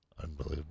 Unbelievable